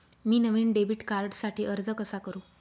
मी नवीन डेबिट कार्डसाठी अर्ज कसा करु?